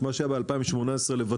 את מה שהיה ב-2018 לבטל,